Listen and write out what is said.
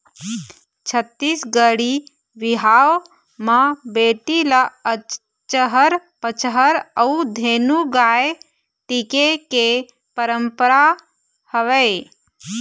छत्तीसगढ़ी बिहाव म बेटी ल अचहर पचहर अउ धेनु गाय टिके के पंरपरा हवय